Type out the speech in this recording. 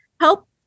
help